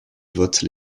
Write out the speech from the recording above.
votent